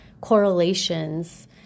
correlations